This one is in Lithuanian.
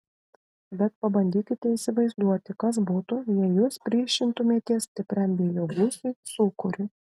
bet pabandykite įsivaizduoti kas būtų jei jūs priešintumėtės stipriam vėjo gūsiui sūkuriui